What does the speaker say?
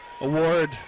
award